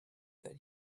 that